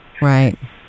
Right